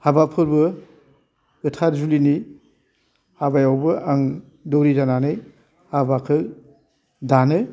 हाबा फोरबो गोथार जुलिनि हाबायावबो आं दौरि जानानै हाबाखो दानो